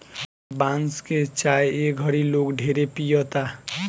बांस के चाय ए घड़ी लोग ढेरे पियता